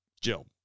Jill